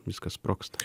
viskas sprogsta